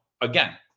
again